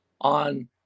on